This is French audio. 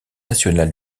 national